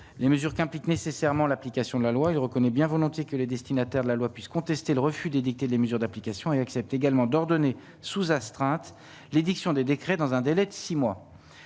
les mesures qu'implique nécessairement l'application de la loi, il reconnaît bien volontiers que les destinataires de la loi puisse contester le refus d'édicter des mesures d'application et accepte également d'ordonner sous astreinte l'édiction des décrets dans un délai de 6 mois,